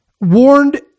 warned